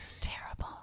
Terrible